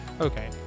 Okay